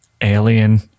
alien